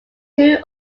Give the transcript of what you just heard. true